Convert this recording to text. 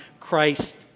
Christ